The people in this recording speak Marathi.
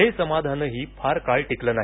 हे समाधानही फार काळ टिकलं नाही